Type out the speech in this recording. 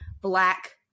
black